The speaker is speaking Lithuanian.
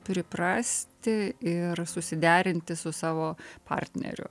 priprasti ir susiderinti su savo partneriu